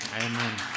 Amen